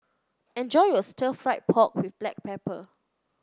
enjoy your Stir Fried Pork with Black Pepper